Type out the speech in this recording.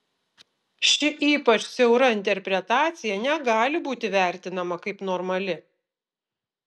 ši ypač siaura interpretacija negali būti vertinama kaip normali